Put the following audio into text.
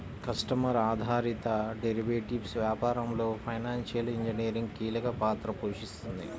customer ఆధారిత derivatives వ్యాపారంలో financial engineering కీలక పాత్ర పోషిస్తుంది